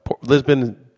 Lisbon